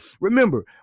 Remember